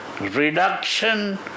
reduction